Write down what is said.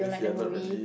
if you're not really